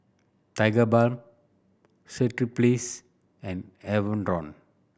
Tigerbalm Strepsils and Enervon